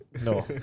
No